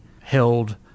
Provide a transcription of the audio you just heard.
held